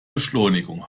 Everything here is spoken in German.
beschleunigung